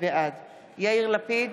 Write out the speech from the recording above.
בעד יאיר לפיד,